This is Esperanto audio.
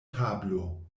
tablo